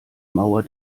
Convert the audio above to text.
mauer